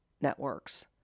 networks